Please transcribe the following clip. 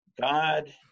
God